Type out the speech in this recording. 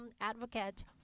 advocate